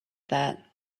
that